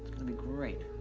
gonna be great.